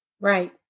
Right